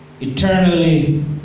eternally